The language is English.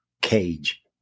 cage